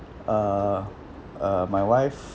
uh uh my wife